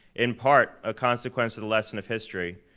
in part, a consequence to the lesson of history.